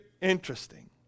interesting